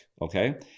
Okay